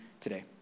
today